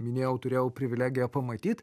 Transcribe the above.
minėjau turėjau privilegiją pamatyt